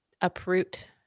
uproot